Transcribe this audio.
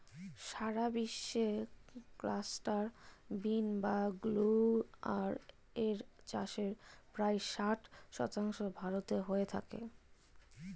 সারা বিশ্বে cluster bean বা গুয়ার এর চাষের প্রায় ষাট শতাংশ ভারতে হয়ে থাকে